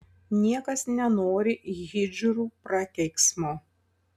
niekas nenori hidžrų prakeiksmo